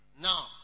Now